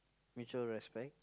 mutual respect